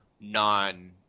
non